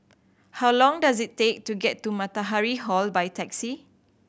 how long does it take to get to Matahari Hall by taxi